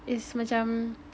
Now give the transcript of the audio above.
it's macam